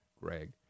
Greg